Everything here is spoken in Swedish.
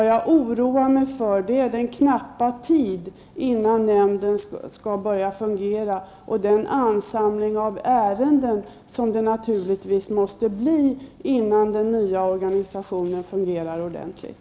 Men jag oroar mig över den knappa tid som står till förfogande fram till dess att nämnden skall börja fungera samt över den anhopning av ärenden som det naturligtvis blir fråga om innan den nya organisationen fungerar ordentligt.